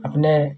अपने